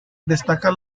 destaca